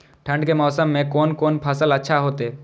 ठंड के मौसम में कोन कोन फसल अच्छा होते?